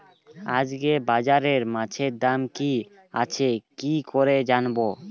আজকে বাজারে মাছের দাম কি আছে কি করে জানবো?